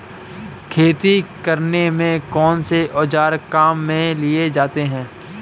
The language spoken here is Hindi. खेती करने में कौनसे औज़ार काम में लिए जाते हैं?